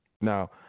Now